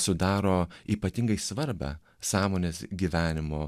sudaro ypatingai svarbią sąmonės gyvenimo